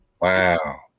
Wow